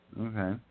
Okay